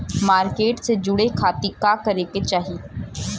Market से जुड़े खाती का करे के चाही?